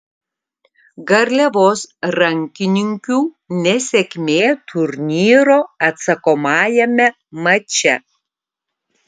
garliavos rankininkių nesėkmė turnyro atsakomajame mače